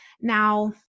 Now